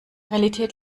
realität